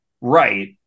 right